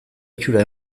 itxura